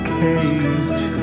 cage